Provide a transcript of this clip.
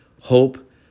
hope